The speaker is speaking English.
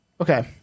Okay